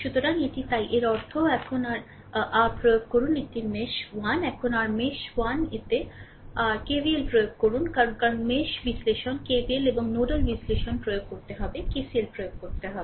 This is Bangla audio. সুতরাং এটি তাই এর অর্থ এখন r প্রয়োগ করুন এটি মেশ 1 এখন r মেশ 1 তে rKVL প্রয়োগ করুন কারণ মেশ বিশ্লেষণ KVL এবং নোডেল বিশ্লেষণ প্রয়োগ করতে হবে KCL প্রয়োগ করতে হবে